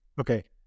Okay